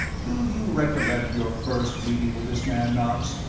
do you recollect your first meeting with this man, knox?